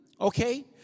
Okay